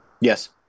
Yes